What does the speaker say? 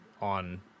on